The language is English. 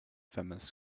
feminist